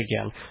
again